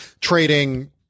trading